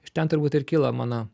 iš ten turbūt ir kilo mano